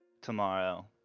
tomorrow